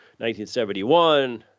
1971